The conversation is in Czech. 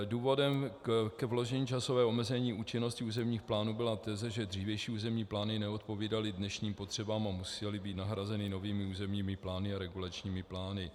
Důvodem k vložení časového omezení účinnosti územních plánů byla teze, že dřívější územní plány neodpovídaly dnešním potřebám a musely být nahrazeny novými územními plány a regulačními plány.